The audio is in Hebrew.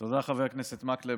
תודה, חבר הכנסת מקלב.